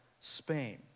Spain